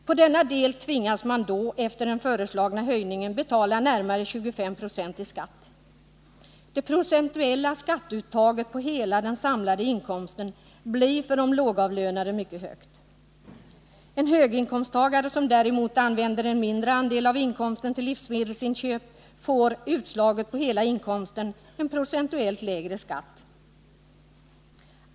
På denna del tvingas man då efter den föreslagna höjningen betala närmare 25 90 i skatt. Det procentuella skatteuttaget på hela den samlade inkomsten blir för de lågavlönade mycket högt. En höginkomsttagare som däremot använder en mindre andel av inkomsten till livsmedelsinköp får utslaget på hela inkomsten en procentuellt lägre skatt.